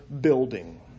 building